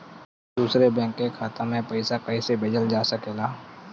दूसरे बैंक के खाता में पइसा कइसे भेजल जा सके ला?